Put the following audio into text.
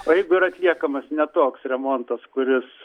o jeigu yra atliekamas ne toks remontas kuris